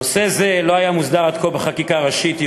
נושא זה לא היה מוסדר עד כה בחקיקה ראשית ייעודית,